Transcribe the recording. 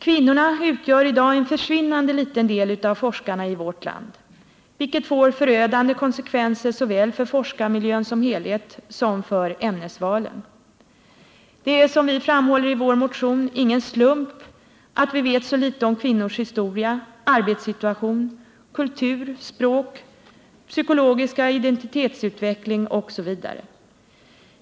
Kvinnorna utgör i dag en försvinnande liten del av forskarna i vårt land, vilket får förödande konsekvenser såväl för forskarmiljön som helhet som för ämnesvalen. Det är som vi framhåller i vår motion ingen slump att vi vet så litet om kvinnors historia, arbetssituation, kultur, språk, psykologiska identitetsutveckling, osv.